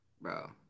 Bro